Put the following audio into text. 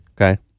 Okay